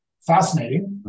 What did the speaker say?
fascinating